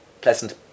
pleasant